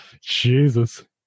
Jesus